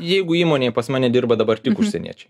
jeigu įmonėj pas mane dirba dabar tik užsieniečiai